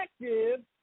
effective